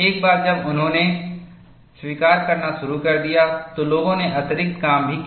एक बार जब उन्होंने स्वीकार करना शुरू कर दिया तो लोगों ने अतिरिक्त काम भी किया